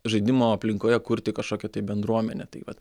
žaidimo aplinkoje kurti kažkokią tai bendruomenę tai vat